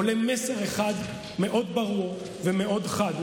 עולה מסר אחד מאוד ברור ומאוד חד,